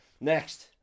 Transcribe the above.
next